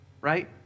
right